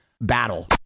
battle